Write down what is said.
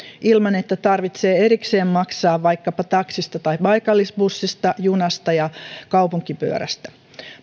ilman että tarvitsee erikseen maksaa esimerkiksi vaikkapa taksista tai paikallisbussista junasta ja kaupunkipyörästä